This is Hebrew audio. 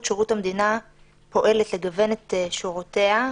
שירות המדינה פועלת לגוון את שורותיה,